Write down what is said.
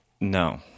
No